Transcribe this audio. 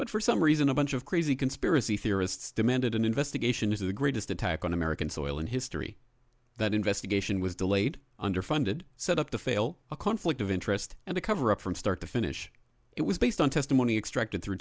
but for some reason a bunch of crazy conspiracy theorists demanded an investigation into the greatest attack on american soil in history that investigation was delayed underfunded set up to fail a conflict of interest and a cover up from start to finish it was based on testimony extracted through